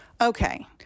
Okay